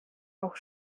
auch